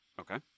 Okay